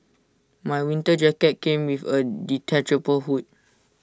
my winter jacket came with A detachable hood